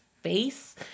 face